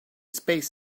space